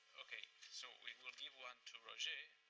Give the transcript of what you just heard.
okay. so we will give one to roger.